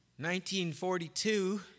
1942